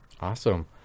awesome